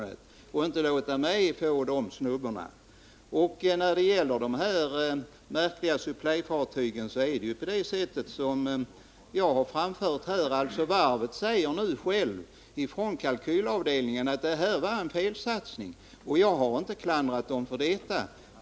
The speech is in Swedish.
Det är inte jag som bör få de snubbarna. När det gäller dessa märkliga supplyfartyg har jag redan anfört att varvets egen kalkylavdelning säger att detta var en felsatsning. Jag har inte klandrat varvet för detta.